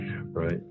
right